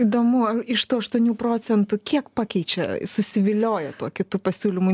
įdomu iš tų aštuonių procentų kiek pakeičia susivilioja tuo kitu pasiūlymu